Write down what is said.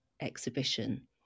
exhibition